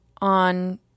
on